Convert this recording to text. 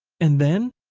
and then?